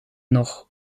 nog